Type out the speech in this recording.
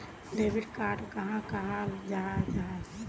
Debit card कहाक कहाल जाहा जाहा?